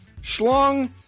schlong